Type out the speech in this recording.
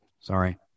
Sorry